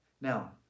Now